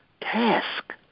task